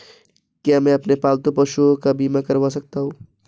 क्या मैं अपने पालतू पशुओं का बीमा करवा सकता हूं?